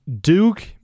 Duke